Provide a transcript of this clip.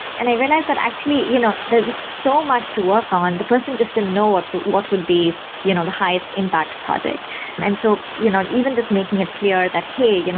and i realized that actually, you know there's so much to work on. the person just didn't know what what would be you know the highest impact project and so you know even just making it clear that hey, you know